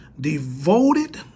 devoted